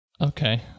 Okay